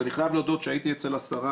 אז אני חייב להודות שהייתי אצל השרה